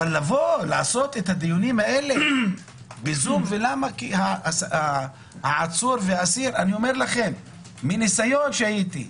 אבל לעשות את הדיונים האלה בזום כי העצור והאסיר מניסיון שהייתי,